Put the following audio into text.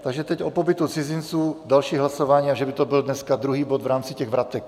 Takže teď o pobytu cizinců další hlasování, že by to byl dneska druhý bod v rámci vratek.